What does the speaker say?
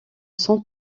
son